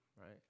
right